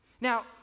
Now